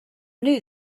knew